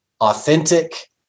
authentic